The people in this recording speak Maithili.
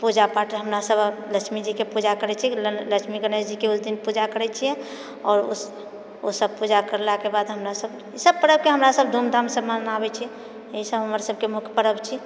पूजा पाठ हमरा सभक लक्ष्मी जी के पूजा करै छी लऽ लक्ष्मी गणेशजीके उस दिन पूजा करै छियै आओर ओ ओ सभ पूजा करलाके बाद हमरा सभ ई सभ परबके हमरा सभ धूम धामसँ मनाबै छियै एहिसभ हमर हमर सभकेँ सभके मुख्य परब छी